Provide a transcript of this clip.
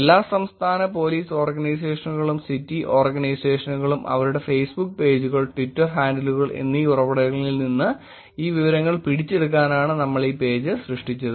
എല്ലാ സംസ്ഥാന പോലീസ് ഓർഗനൈസേഷനുകളും സിറ്റി ഓർഗനൈസേഷനുകളും അവരുടെ ഫേസ്ബുക്ക് പേജുകൾ ട്വിറ്റർ ഹാൻഡിലുകൾ എന്നീ ഉറവിടങ്ങളിൽ നിന്ന് ഈ വിവരങ്ങൾ പിടിച്ചെടുക്കാനാണ് നമ്മൾ ഈ പേജ് സൃഷ്ടിച്ചത്